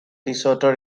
desoto